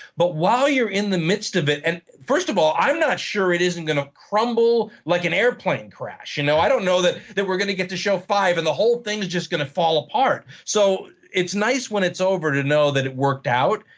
but while you're in the midst of it, and first of all i'm not sure it isn't going to crumble like an airplane crash. you know i don't know that that we're going to get to show five and the whole thing is just going to fall apart. so it's nice when it's over to know that it worked out.